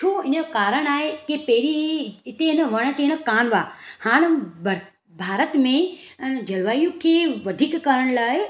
छो इन जो कारण आहे की पहरियों इते न वण टिण कोनि हुआ हाणे बर भारत में जलवायु खे वधीक करण लाइ